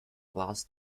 class